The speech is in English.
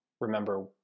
remember